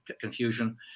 confusion